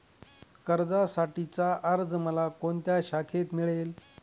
कर्जासाठीचा अर्ज मला कोणत्या शाखेत मिळेल?